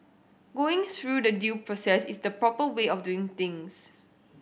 going through the due process is the proper way of doing things